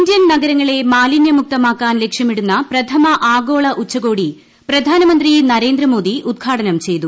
Indian നഗരങ്ങളെ മാലിനൃമുക്തമാക്കാൻ ലക്ഷ്യമിടുന്ന പ്രഥമ ആഗോള ഉച്ചകോടി പ്രധാനമന്ത്രി നരേന്ദ്രമോദി ഉദ്ഘാടനം ചെയ്തു